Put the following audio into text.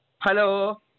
Hello